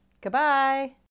Goodbye